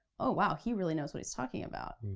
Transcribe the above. oh wow, he really knows what he's talking about.